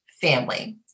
family